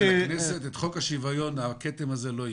על חוק השוויון זה בסדר.